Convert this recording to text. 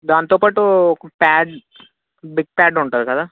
దాంతోపాటు ఒక pad big pad ఉంటుంది కదా